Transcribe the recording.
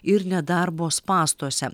ir nedarbo spąstuose